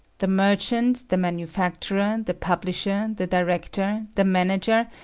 the merchant, the manufacturer, the publisher, the director, the manager,